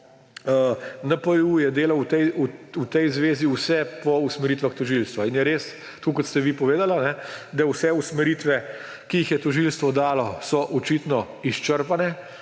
NPU je delal v tej zvezi vse po usmeritvah tožilstva in je res, tako kot ste vi povedali, da vse usmeritve, ki jih je tožilstvo dalo, so očitno izčrpane.